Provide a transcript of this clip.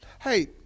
Hey